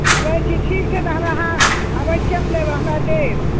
अबैत छी ठीक छै तऽ हमरा अहाँ अबैत छी हम लेबऽ हमरा देब